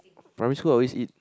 primary school I always eat